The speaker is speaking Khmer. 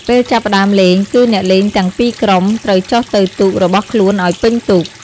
ពេលផ្តើមលេងគឺ អ្នកលេងទាំងពីរក្រុម ត្រូវចុះទៅទូករបស់ខ្លួនឲ្យពេញទូក ។